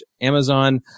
Amazon